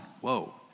Whoa